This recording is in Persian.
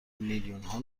میلیونها